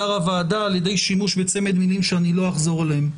הוועדה על ידי שימוש בצמד מלים שאני לא אחזור עליהן.